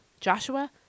Joshua